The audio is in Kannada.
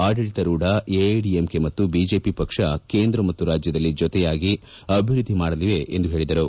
ಆಡಳಿತಾರೂಢ ಎಐಎಡಿಎಂಕೆ ಮತ್ತು ಬಿಜೆಪಿ ಪಕ್ಷ ಕೇಂದ್ರ ಮತ್ತು ರಾಜ್ಯದಲ್ಲಿ ಜೊತೆಯಾಗಿ ಅಭಿವೃದ್ದಿ ಮಾಡಲಿವೆ ಎಂದು ಪೇಳಿದರು